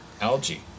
Algae